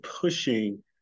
pushing